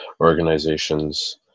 organizations